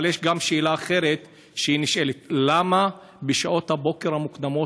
אבל יש גם שאלה אחרת שנשאלת: למה בשעות הבוקר המוקדמות,